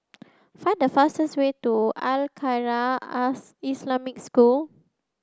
find the fastest way to Al Khairiah Islamic School